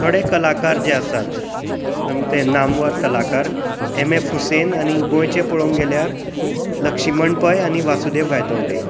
थोडे कलाकार जे आसात ते नामवर कलाकार एम एफ हुसेन आनी गोंयचे पळोवंक गेल्यार लक्षीमण पै आनी वासुदेव गायतोंडे